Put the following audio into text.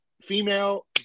female